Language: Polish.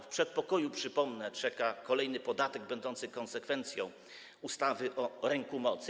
W przedpokoju, przypomnę, czeka kolejny podatek, będący konsekwencją ustawy o rynku mocy.